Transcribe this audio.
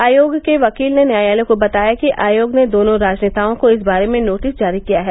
आयोग के वकील ने न्यायालय को बताया कि आयोग ने दोनों राजनेताओं को इस बारे में नोटिस जारी किया है